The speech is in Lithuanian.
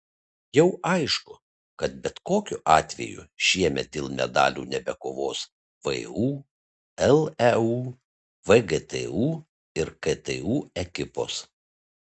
jau aišku kad bet kokiu atveju šiemet dėl medalių nebekovos vu leu vgtu ir ktu ekipos